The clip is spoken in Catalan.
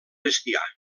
bestiar